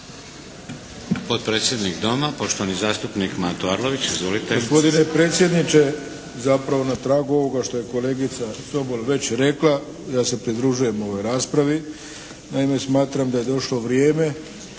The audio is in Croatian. Potpredsjednik Doma, poštovani zastupnik Mato Arlović. Izvolite.